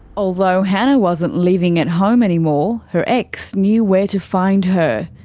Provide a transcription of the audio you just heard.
although hannah wasn't living at home anymore, her ex knew where to find her.